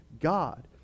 god